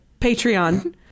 Patreon